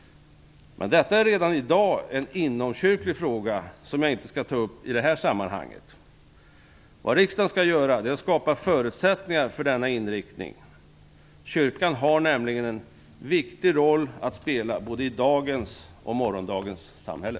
Men detta är redan i dag en inomkyrklig fråga, som jag inte skall ta upp i det här sammanhanget. Vad riksdagen skall göra är att skapa förutsättningar för denna inriktning. Kyrkan har nämligen en viktig roll att spela i både dagens och morgondagens samhälle.